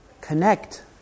Connect